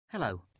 Hello